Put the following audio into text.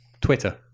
Twitter